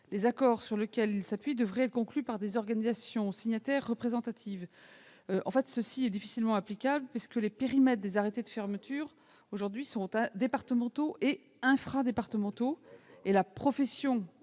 Les accords sur lesquels ils s'appuient devraient être conclus par des organisations représentatives. Une telle mesure est difficilement applicable, car les périmètres des arrêtés de fermeture sont aujourd'hui départementaux et infradépartementaux. La profession